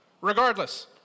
regardless